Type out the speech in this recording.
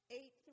Eight